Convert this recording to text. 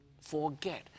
forget